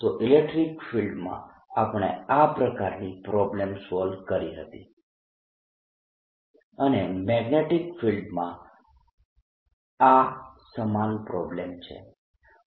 તો ઇલેક્ટ્રીક ફિલ્ડમાં આપણે આ પ્રકારની પ્રોબ્લમ સોલ્વ કરી હતી અને મેગ્નેટીક ફિલ્ડમાં આ સમાન પ્રોબ્લમ છે